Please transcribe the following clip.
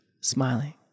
smiling